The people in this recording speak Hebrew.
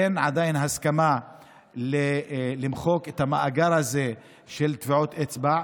אין עדיין הסכמה למחוק את המאגר הזה של טביעות אצבע.